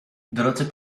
drodzy